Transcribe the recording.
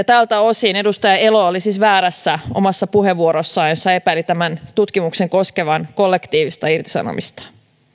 tältä osin edustaja elo oli siis väärässä omassa puheenvuorossaan jossa epäili tämän tutkimuksen koskevan kollektiivista irtisanomista